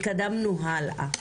התקדמנו הלאה.